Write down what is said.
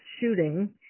shooting